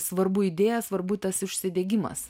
svarbu idėja svarbu tas užsidegimas